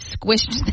squished